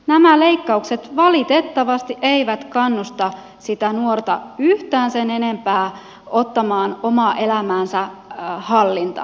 nämä leikkaukset valitettavasti eivät kannusta sitä nuorta yhtään sen enempää ottamaan omaa elämäänsä hallintaan